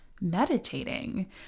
meditating